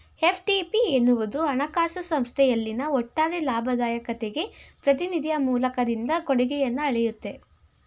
FTP ಎನ್ನುವುದು ಹಣಕಾಸು ಸಂಸ್ಥೆಯಲ್ಲಿನ ಒಟ್ಟಾರೆ ಲಾಭದಾಯಕತೆಗೆ ಪ್ರತಿನಿಧಿಯ ಮೂಲದಿಂದ ಕೊಡುಗೆಯನ್ನ ಅಳೆಯುತ್ತೆ